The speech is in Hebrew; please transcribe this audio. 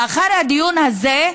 לאחר הדיון הזה,